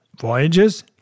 Voyages